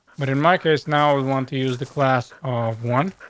but in my case now we want to use the class of one.